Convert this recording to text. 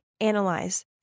analyze